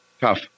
Tough